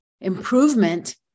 improvement